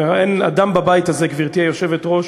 אין אדם בבית הזה, גברתי היושבת-ראש,